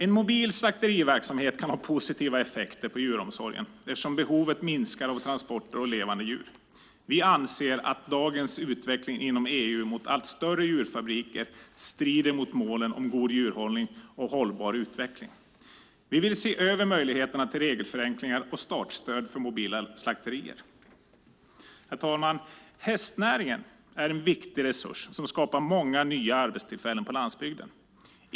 En mobil slakteriverksamhet kan ha positiva effekter på djuromsorgen eftersom behovet minskar av transporter av levande djur. Vi anser att dagens utveckling inom EU mot allt större djurfabriker strider mot målen om god djurhållning och hållbar utveckling. Vi vill se över möjligheterna till regelförenklingar och startstöd för mobila slakterier. Herr talman! Hästnäringen är en viktig resurs som skapar många nya arbetstillfällen på landsbygden.